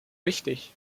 wichtig